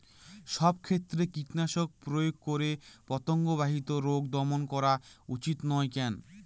সব ক্ষেত্রে কীটনাশক প্রয়োগ করে পতঙ্গ বাহিত রোগ দমন করা উচিৎ নয় কেন?